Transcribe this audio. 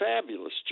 fabulous